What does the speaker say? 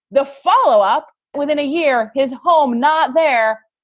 the follow up within a year, his home not there.